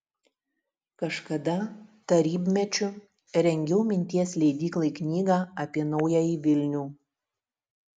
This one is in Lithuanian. kažkada tarybmečiu rengiau minties leidyklai knygą apie naująjį vilnių